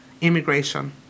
immigration